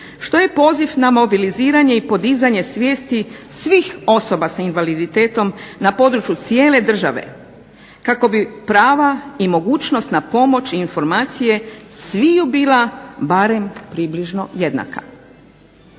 što je poziv na mobiliziranje i podizanje svijesti svih osoba s invaliditetom na području cijele države kako bi prava i mogućnost na pomoć i informacije sviju bila barem približno jednaka.